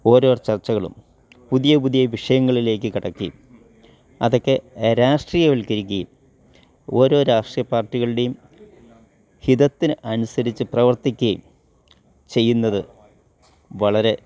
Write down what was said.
ഓരോ ചർച്ചകളും പുതിയ പുതിയ വിഷയങ്ങളിലേക്ക് കടക്കയും അതൊക്കെ രാഷ്ട്രീയവൽക്കരിക്കേം ഓരോ രാഷ്ട്രീയ പാർട്ടിക്കളുടെയും ഹിതത്തിന് അനുസരിച്ച് പ്രവർത്തിക്കേം ചെയ്യുന്നത് വളരെ